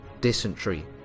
dysentery